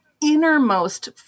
innermost